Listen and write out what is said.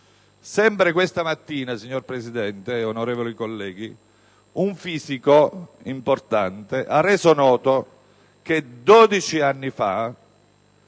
Sempre questa mattina, signor Presidente, onorevoli colleghi, un fisico importante, Gaetano De Luca, ha